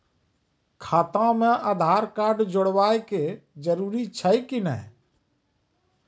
खाता म आधार कार्ड जोड़वा के जरूरी छै कि नैय?